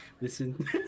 listen